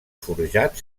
forjat